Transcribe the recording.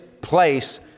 place